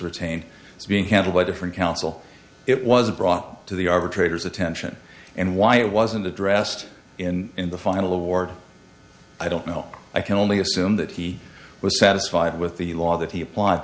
it's being handled by different counsel it was brought to the arbitrator's attention and why it wasn't addressed in the final award i don't know i can only assume that he was satisfied with the law that he applied